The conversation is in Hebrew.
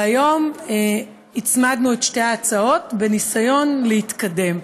והיום הצמדנו את שתי ההצעות בניסיון להתקדם.